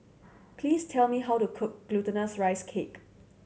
please tell me how to cook Glutinous Rice Cake